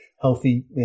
healthy